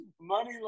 Money